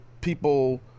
people –